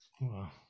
Wow